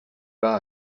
bas